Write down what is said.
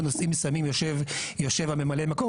בנושאים מסוימים יושב ממלא המקום,